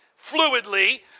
fluidly